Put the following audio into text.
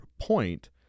point